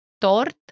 tort